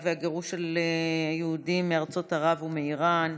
והגירוש של היהודים מארצות ערב ומאיראן,